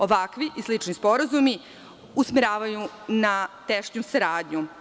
Ovakvi i sliči sporazumi usmeravaju na tešnju saradnju.